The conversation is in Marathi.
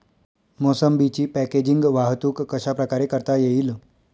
मोसंबीची पॅकेजिंग वाहतूक कशाप्रकारे करता येईल?